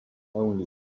only